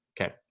okay